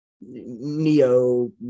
neo